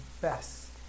best